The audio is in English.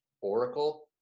Oracle